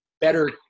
better